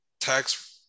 tax